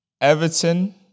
Everton